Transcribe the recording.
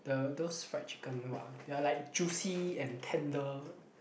the those fried chicken !wah! they are like juicy and tender